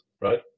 right